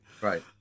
right